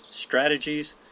strategies